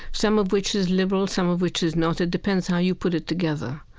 some of which is liberal, some of which is not. it depends how you put it together.